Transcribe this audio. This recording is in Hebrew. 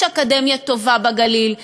יש אקדמיה טובה בגליל.